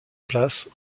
place